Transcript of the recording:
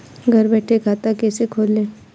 घर बैठे खाता कैसे खोलें?